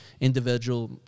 individual